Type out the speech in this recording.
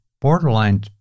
borderline